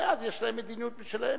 ומאז יש להם מדיניות משלהם.